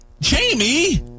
Jamie